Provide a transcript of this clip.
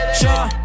sure